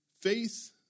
Faith